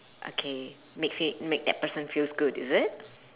okay make make make that person feels good is it